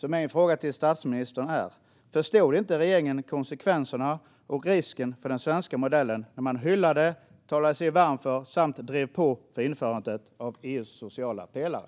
Min fråga till statsministern är: Förstod inte regeringen konsekvenserna och risken för den svenska modellen när man hyllade, talade sig varm för samt drev på för införandet av EU:s sociala pelare?